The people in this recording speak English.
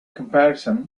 comparison